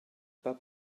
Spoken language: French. pas